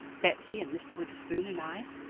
betsy and mr. witherspoon and i.